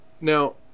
now